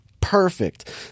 perfect